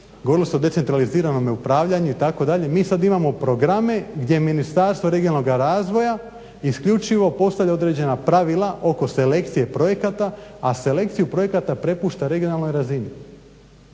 govorilo se o decentraliziranom upravljanju itd. Mi sad imamo programe gdje Ministarstvo regionalnoga razvoja isključivo postavlja određena pravila oko selekcije projekata, a selekciju projekata prepušta regionalnoj razini.